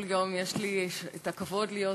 לא כל יום יש לי הכבוד להיות